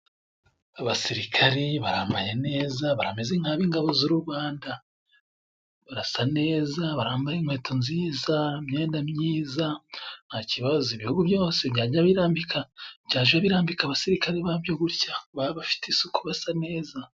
Abasirikare barambaye neza， barameze nk'ab'ingabo z'u Rwanda，barasa neza barambaye inkweto nziza， imyenda myiza ntakibazo， ibihugu byose byajya birambika abasirikare babyo gutya，baba bafite isuku basa neza.